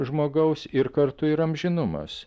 žmogaus ir kartu ir amžinumas